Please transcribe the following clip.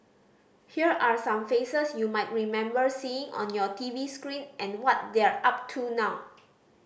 here are some faces you might remember seeing on your T V screen and what they're up to now